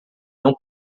não